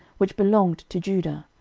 which belonged to judah,